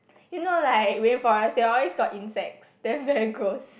you know like rain forest they always got insects that's very gross